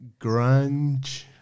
grunge